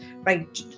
right